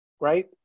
right